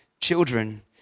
children